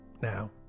Now